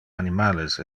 animales